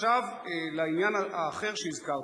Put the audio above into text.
לעניין האחר שהזכרת,